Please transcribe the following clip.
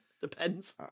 Depends